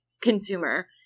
consumer